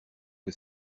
que